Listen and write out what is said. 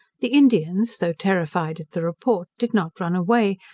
the indians, though terrified at the report, did not run away,